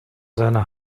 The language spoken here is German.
seiner